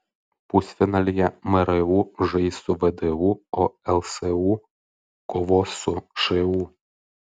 pusfinalyje mru žais su vdu o lsu kovos su šu